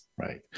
Right